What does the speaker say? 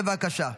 בבקשה.